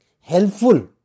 helpful